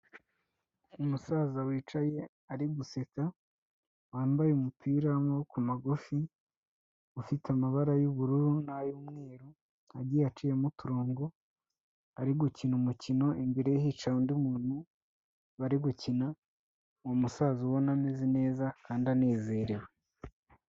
Umusaza wicaye ari guseka wambaye umupira w'amaboko magufi, ufite amabara y'ubururu n'ay'umweru agiye aciyemo uturongo, ari gukina umukino imbere ye hicaya undi muntu bari gukina, uwo musaza ubona ameze neza kandi anezerewe.